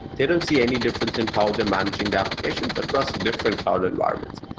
they don't see any difference in how they're managing the applications across different cloud environments,